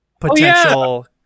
potential